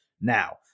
now